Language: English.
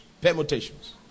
permutations